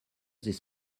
this